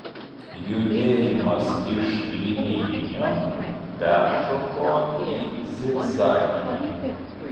judėjimas iš linijinio peršoko į zigzaginį